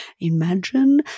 Imagine